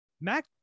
Mac